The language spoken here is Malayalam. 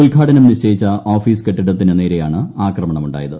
ഉദ്ഘാടനം നിശ്ചയിച്ച ഓഫിസ് കെട്ടിടത്തിന് നേരെയാണ് ആക്രമണമുണ്ടായത്